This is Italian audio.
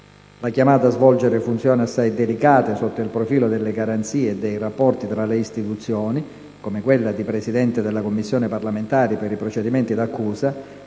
La chiamata a svolgere funzioni assai delicate sotto il profilo delle garanzie e dei rapporti tra le istituzioni, come quella di Presidente della Commissione parlamentare per i procedimenti d'accusa,